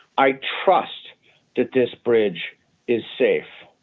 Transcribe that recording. i trust that this bridge is safe.